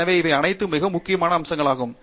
எனவே இவை அனைத்தும் மிகவும் முக்கியமான அம்சங்களாகும்